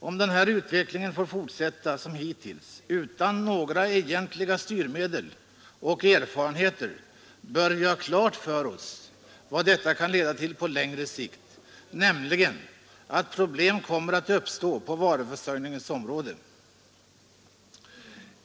Om den här utvecklingen får fortsätta som hittills utan några egentliga styrmedel och utan erfarenheter bör vi ha klart för oss vad den kan leda till på längre sikt, nämligen att problem kommer att uppstå på varuförsörjningens område.